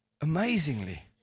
amazingly